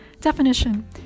Definition